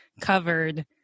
covered